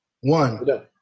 one